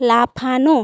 লাফানো